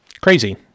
Crazy